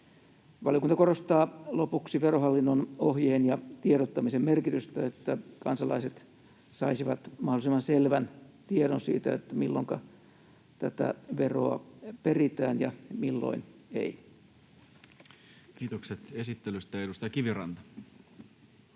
Valiokunta korostaa lopuksi Verohallinnon ohjeen ja tiedottamisen merkitystä, että kansalaiset saisivat mahdollisimman selvän tiedon siitä, milloinka tätä veroa peritään ja milloin ei. [Speech 148] Speaker: Toinen